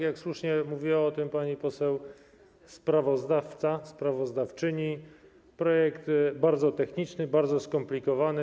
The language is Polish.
Jak słusznie mówiła pani poseł sprawozdawca, sprawozdawczyni, jest to projekt bardzo techniczny, bardzo skomplikowany.